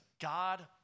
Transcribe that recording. God